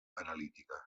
analítica